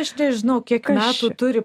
aš nežinau kiek metų turi